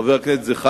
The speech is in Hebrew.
חבר הכנסת זחאלקה,